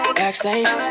backstage